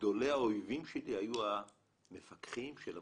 גדולי האויבים שלי היו המפקחים של הממלכתי-דתי,